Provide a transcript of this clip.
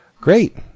Great